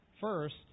First